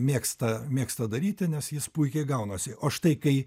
mėgsta mėgsta daryti nes jis puikiai gaunasi o štai kai